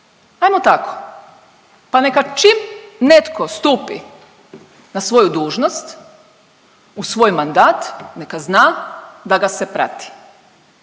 Hajmo tako, pa neka čim netko stupi na svoju dužnost u svoj mandat neka zna da ga se prati.